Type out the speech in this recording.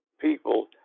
people